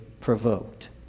provoked